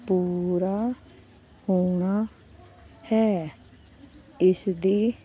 ਪੂਰਾ ਹੋਣਾ ਹੈ ਇਸਦੀ